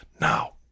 Now